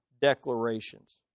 declarations